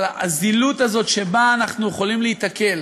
אבל הזילות הזאת שבה אנחנו יכולים להיתקל